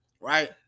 right